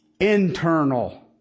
internal